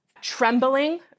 trembling